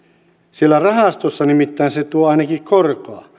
siellä rahastossa nimittäin se tuo ainakin korkoa